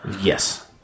Yes